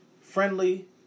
friendly